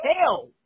hell